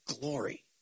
glory